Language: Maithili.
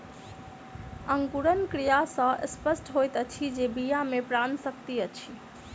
अंकुरण क्रिया सॅ स्पष्ट होइत अछि जे बीया मे प्राण शक्ति अछि